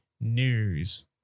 News